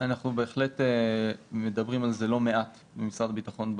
אנחנו בהחלט מדברים על זה לא מעט במשרד הביטחון,